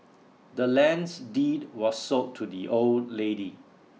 the land's deed was sold to the old lady